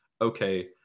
okay